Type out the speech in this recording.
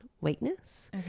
weakness